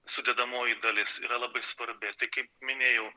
sudedamoji dalis yra labai svarbi tai kaip minėjau